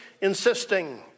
insisting